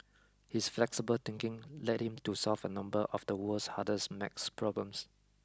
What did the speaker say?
his flexible thinking led him to solve a number of the world's hardest max problems